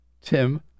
Tim